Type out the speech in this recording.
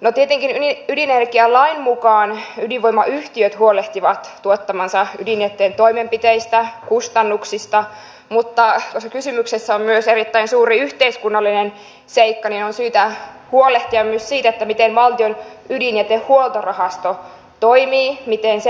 no tietenkin ydinvoimalain mukaan ydinvoimayhtiöt huolehtivat tuottamansa ydinjätteen toimenpiteistä kustannuksista mutta koska kysymyksessä on myös erittäin suuri yhteiskunnallinen seikka niin on syytä huolehtia myös siitä miten valtion ydinjätehuoltorahasto toimii miten